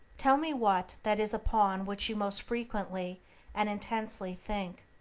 tell me what that is upon which you most frequently and intensely think,